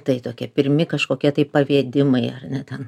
tai tokie pirmi kažkokie tai pavedimai ar ne ten